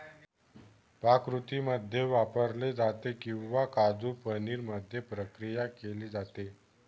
पाककृतींमध्ये वापरले जाते किंवा काजू पनीर मध्ये प्रक्रिया केली जाते